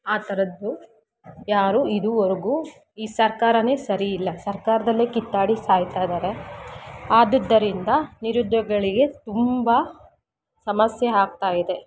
ಆ ಥರದ್ದು ಯಾರೂ ಇದುವರೆಗೂ ಈ ಸರ್ಕಾರವೇ ಸರಿಯಿಲ್ಲ ಸರ್ಕಾರದಲ್ಲೇ ಕಿತ್ತಾಡಿ ಸಾಯ್ತಾಯಿದ್ದಾರೆ ಆದ್ದರಿಂದ ನಿರುದ್ಯೋಗಿಗಳಿಗೆ ತುಂಬ ಸಮಸ್ಯೆ ಆಗ್ತಾಯಿದೆ